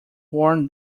worn